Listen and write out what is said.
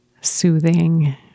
soothing